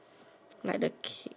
like the cake